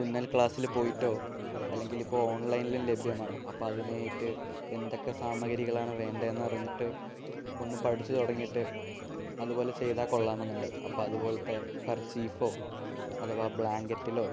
തുന്നൽ ക്ലാസ്സിൽ പോയിട്ടോ അല്ലെങ്കിലിപ്പോൾ ഓൺലൈനിലും ലഭ്യമാണ് അപ്പോൾ അതിനായിട്ട് എന്തൊക്കെ സാമഗ്രികളാണ് വേണ്ടതെന്നറിഞ്ഞിട്ട് ഒന്ന് പഠിച്ച് തുടങ്ങിയിട്ട് അതുപോലെ ചെയ്താൽ കൊളളാമെന്നുണ്ട് അപ്പം അതുപോലെത്തെ കർച്ചീഫോ അഥവാ ബ്ലാങ്കെറ്റിലോ